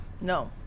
no